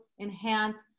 enhance